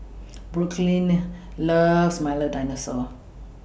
Brooklynn loves Milo Dinosaur